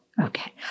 Okay